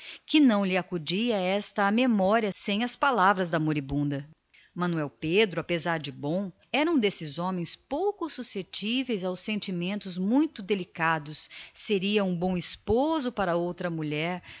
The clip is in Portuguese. desta não lhe acudia à memória sem as palavras da moribunda manuel pedro apesar de bom era um desses homens mais que alheados às sutilezas do sentimento para outra mulher